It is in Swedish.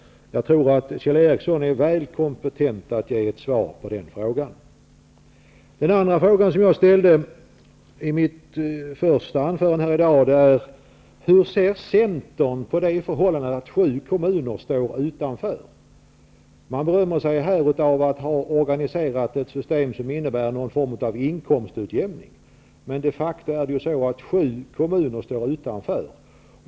Jag tror att Kjell Ericsson är väl kompetent att ge ett svar på den frågan. Den andra frågan som jag ställde i mitt första anförande i dag var: Hur ser Centern på det förhållandet att sju kommuner står utanför? Man berömmer sig av att ha organiserat ett system som innebär någon form av inkomstutjämning, men de facto är det så att sju kommuner står utanför.